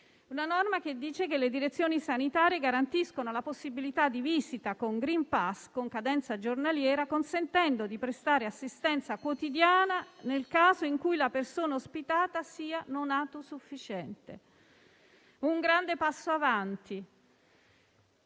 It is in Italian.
una norma secondo la quale le direzioni sanitarie garantiscono la possibilità di visita con *green pass*, con cadenza giornaliera, consentendo di prestare assistenza quotidiana nel caso in cui la persona ospitata sia non autosufficiente. Si tratta di un grande passo avanti.